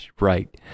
right